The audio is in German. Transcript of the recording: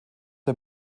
der